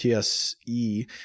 TSE